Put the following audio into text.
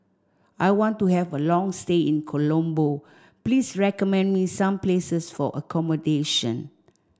I want to have a long stay in Colombo please recommend me some places for accommodation